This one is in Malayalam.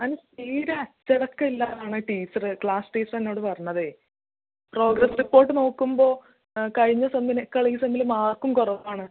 അവന് തീരെ അച്ചടക്കം ഇല്ല എന്നാണ് ടീച്ചറ് ക്ലാസ് ടീച്ചർ എന്നോട് പറഞ്ഞത് പ്രോഗ്രസ്സ് റിപ്പോർട്ട് നോക്കുമ്പോൾ ആ കഴിഞ്ഞ സെമ്മിനെക്കാൾ ഈ സെമ്മിൽ മാർക്കും കുറവാണ്